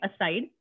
aside